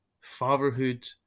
fatherhood